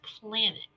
planet